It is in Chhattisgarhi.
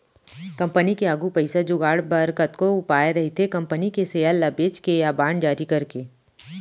कंपनी के आघू पइसा जुगाड़ बर कतको उपाय रहिथे कंपनी के सेयर ल बेंच के या बांड जारी करके